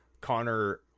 Connor